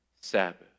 Sabbath